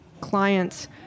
clients